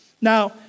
Now